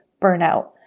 BURNOUT